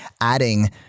adding